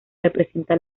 representa